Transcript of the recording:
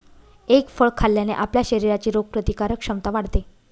egg फळ खाल्ल्याने आपल्या शरीराची रोगप्रतिकारक क्षमता वाढते